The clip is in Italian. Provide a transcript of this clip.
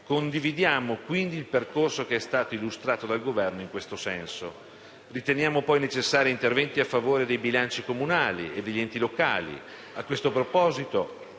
Condividiamo, quindi, il percorso che è stato illustrato dal Governo in questo senso. Riteniamo poi necessari interventi a favore dei bilanci comunali e degli enti locali.